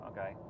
Okay